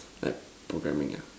like programming ah